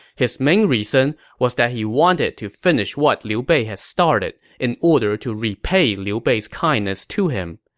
his main reason was that he wanted to finish what liu bei had started in order to repay liu bei's kindness to him.